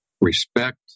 respect